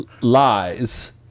lies